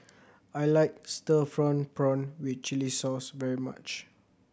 I like stir prawn with chili sauce very much